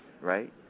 right